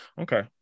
Okay